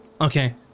okay